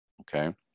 Okay